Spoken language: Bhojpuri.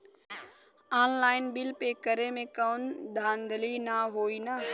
ऑनलाइन बिल पे करे में कौनो धांधली ना होई ना?